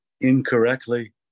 incorrectly